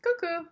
cuckoo